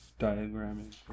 diagramming